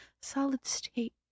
solid-state